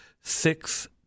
six